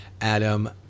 adam